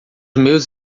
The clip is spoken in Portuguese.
meus